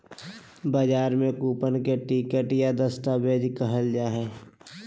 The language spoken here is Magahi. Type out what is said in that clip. बजार में कूपन के टिकट या दस्तावेज कहल जा हइ